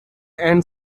end